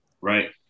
right